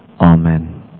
amen